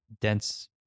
Dense